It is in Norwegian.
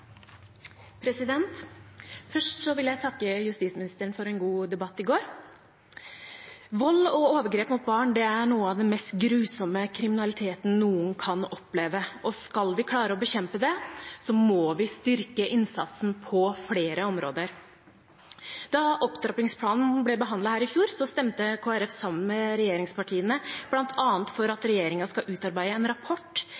vil jeg takke justisministeren for en god debatt i går. Vold og overgrep mot barn er noe av det mest grusomme noen kan oppleve av kriminalitet, og skal vi klare å bekjempe det, må vi styrke innsatsen på flere områder. Da opptrappingsplanen ble behandlet her i fjor, stemte Kristelig Folkeparti sammen med regjeringspartiene bl.a. for